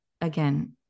again